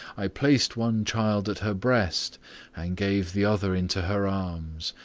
i placed one child at her breast and gave the other into her arms,